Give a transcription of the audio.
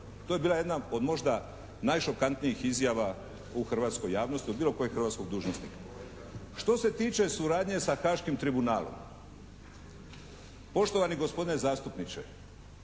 To je bila jedna od možda najšokantnijih izjava u hrvatskoj javnosti od bilo kojeg hrvatskog dužnosnika. Što se tiče suradnje sa Haškim tribunalom? Poštovani gospodine zastupniče.